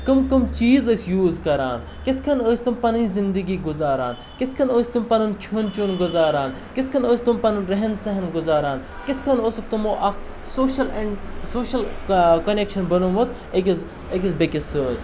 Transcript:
کٕم کٕم چیٖز ٲسۍ یوٗز کَران کِتھ کٔنۍ ٲسۍ تِم پَنٕںۍ زندگی گُزاران کِتھ کٔنۍ ٲسۍ تِم پَنُن کھیوٚن چیوٚن گُزاران کِتھ کٔنۍ ٲسۍ تِم پَنُن رَہن سہن گُزاران کِتھ کٔنۍ اوسُکھ تِمو اَکھ سوشَل اینٛڈ سوشَل کَنٮ۪کشَن بنوومُت أکِس أکِس بیٚیِکِس سۭتۍ